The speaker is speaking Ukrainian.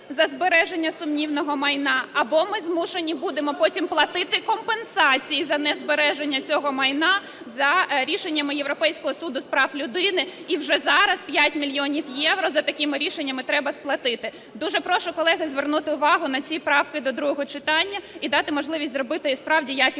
за збереження сумнівного майна, або ми змушені будемо потім платити компенсації за незбереження цього майна за рішенням Європейського суду з прав людини. І вже зараз 5 мільйонів євро за такими рішеннями треба сплатити. Дуже прошу, колеги, звернути увагу на ці правки до другого читання і дати можливість зробити справді якісну